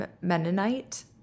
Mennonite